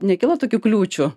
nekilo tokių kliūčių